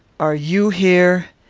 are you here?